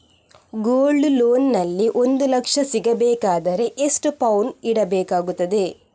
Gold loan ನಲ್ಲಿ ಒಂದು ಲಕ್ಷ ಸಿಗಬೇಕಾದರೆ ಎಷ್ಟು ಪೌನು ಇಡಬೇಕಾಗುತ್ತದೆ?